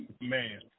Man